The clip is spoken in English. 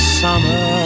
summer